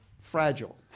fragile